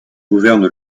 gouverne